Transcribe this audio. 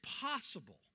possible